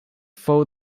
foe